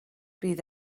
bydd